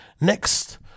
Next